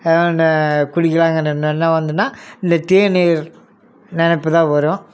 இந்த குடிக்கலாம்கிற எண்ணம்லாம் வந்துன்னா இந்த தேநீர் நினப்பு தான் வரும்